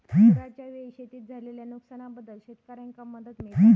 पुराच्यायेळी शेतीत झालेल्या नुकसनाबद्दल शेतकऱ्यांका मदत मिळता काय?